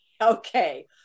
Okay